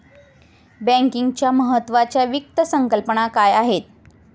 बँकिंगच्या महत्त्वाच्या वित्त संकल्पना काय आहेत?